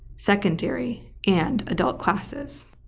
secondary and adult classes